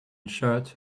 shirt